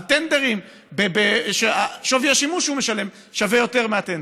על טנדר שווי השימוש שהוא משלם שווה יותר מהטנדר.